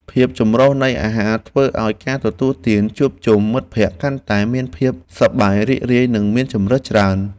ភាពចម្រុះនៃអាហារធ្វើឱ្យការទទួលទានជួបជុំមិត្តភក្តិកាន់តែមានភាពសប្បាយរីករាយ និងមានជម្រើសច្រើន។